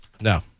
No